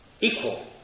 equal